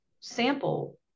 sample